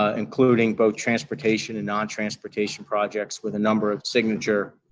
ah including both transportation and non-transportation projects with a number of signature